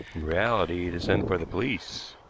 in reality to send for the police.